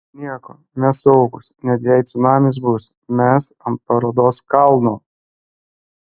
nieko mes saugūs net jei cunamis bus mes ant parodos kalno